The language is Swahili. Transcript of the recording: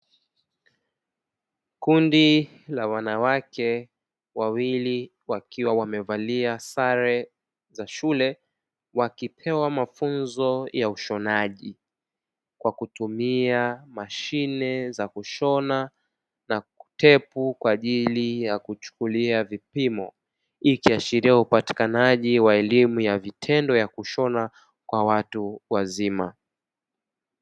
Kundi la wanawake wawili wakiwa wamevalia sare za shule, wakipewa mafunzo ya ushonaji kwa kutumia mashine za kushona na "tape" kwa ajili ya kuchukulia vipimo, hii ikiashiria upatikanaji wa elimu ya vitendo ya kushona kwa watu wazima.